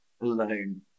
alone